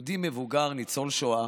יהודי מבוגר, ניצול שואה,